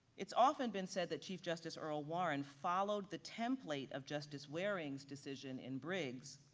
it's often been said that chief justice earl warren followed the template of justice waring's decision in briggs,